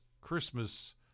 Christmas